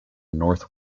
north